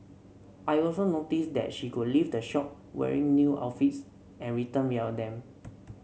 I also noticed that she could leave the shop wearing new outfits and returned without them